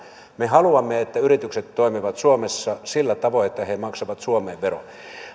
me haluamme että yritykset toimivat suomessa sillä tavoin että he maksavat suomeen veron